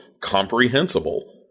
comprehensible